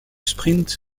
sprint